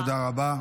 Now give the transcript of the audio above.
תודה רבה.